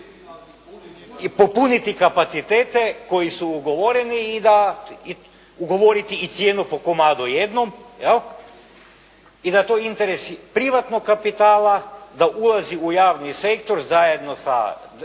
i popuniti kapacitete koji su ugovoreni i da, ugovoriti i cijenu po komadu jednom, je li, i da je to interes i privatnog kapitala, da ulazi u javni sektor zajedno sa